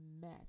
mess